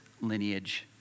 lineage